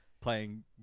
playing